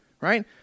right